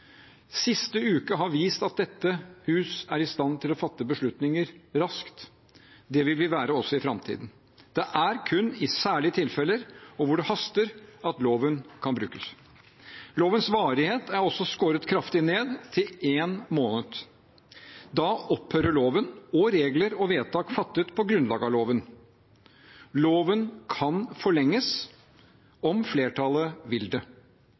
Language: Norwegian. siste uken har vist at dette hus er i stand til å fatte beslutninger raskt, og det vil vi også være i framtiden. Det er kun i særlige tilfeller og hvor det haster, at loven kan brukes. Lovens varighet er også skåret kraftig ned – til én måned. Da opphører loven og regler og vedtak fattet på grunnlag av loven. Loven kan forlenges om flertallet vil det.